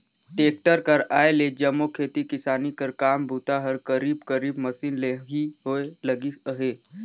tractor कर आए ले जम्मो खेती किसानी कर काम बूता हर करीब करीब मसीन ले ही होए लगिस अहे